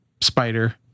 spider